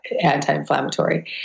anti-inflammatory